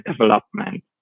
development